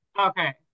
Okay